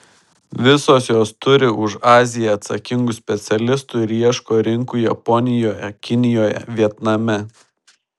visos jos turi už aziją atsakingų specialistų ir ieško rinkų japonijoje kinijoje vietname